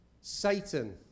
Satan